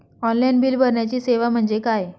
Online bill भरण्याची सेवा म्हणजे काय?